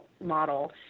model